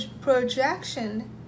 projection